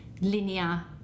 linear